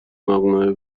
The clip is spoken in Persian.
مقنعه